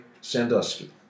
Sandusky